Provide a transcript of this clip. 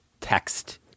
text